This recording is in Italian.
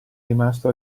rimasto